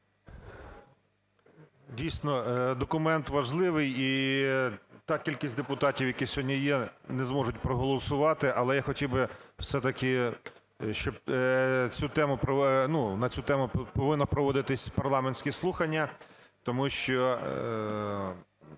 Дійсно документ важливий і та кількість депутатів, які сьогодні є, не зможуть проголосувати. Але я хотів би все-таки щоб цю тему, ну, на цю тему повинні проводитися парламентські слухання, тому що